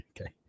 Okay